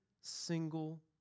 single